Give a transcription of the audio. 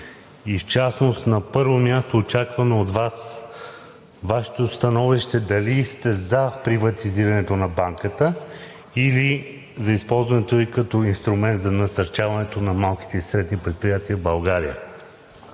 и в частност, на първо място, очакваме от Вас Вашето становище дали сте „за“ приватизирането на банката, или за използването ѝ като инструмент за насърчаването на малките и средни предприятия в България?